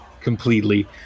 completely